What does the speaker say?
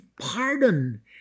pardon